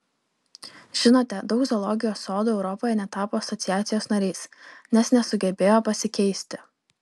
žinote daug zoologijos sodų europoje netapo asociacijos nariais nes nesugebėjo pasikeisti